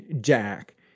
jack